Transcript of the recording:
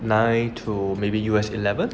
nine to maybe U_S eleven